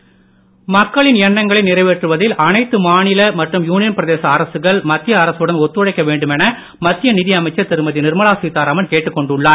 நிர்மலா மக்களின் எண்ணங்களை நிறைவேற்றுவதில் அனைத்து மாநில மற்றும் யூனியன் பிரதேச அரசுகள் மத்திய அரசுடன் ஒத்துழைக்க வேண்டுமென மத்திய நிதி அமைச்சர் திருமதி நிர்மலா சீத்தாராமன் கேட்டுக் கொண்டுள்ளார்